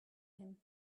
him